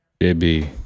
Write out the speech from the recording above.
JB